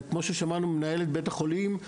כמו ששמענו ממנהלת בית החולים,